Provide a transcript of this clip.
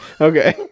okay